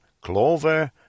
Clover